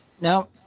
Now